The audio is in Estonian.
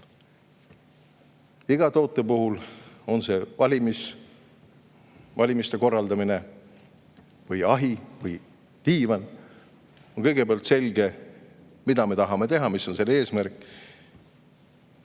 Iga toote puhul, on see valimiste korraldamine või ahi või diivan, on kõigepealt selge, mida me tahame teha, mis on selle eesmärk.